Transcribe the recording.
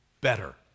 better